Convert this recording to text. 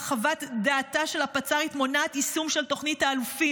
חוות דעתה של הפצ"רית מונעת יישום של תוכנית האלופים,